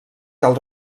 cal